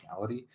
functionality